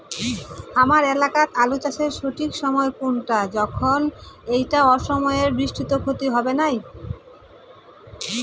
হামার এলাকাত আলু চাষের সঠিক সময় কুনটা যখন এইটা অসময়ের বৃষ্টিত ক্ষতি হবে নাই?